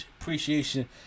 Appreciation